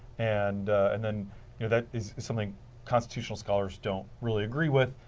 and and and yeah that is something constitutional scholars don't really agree with,